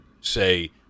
say